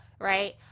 right